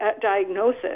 diagnosis